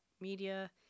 media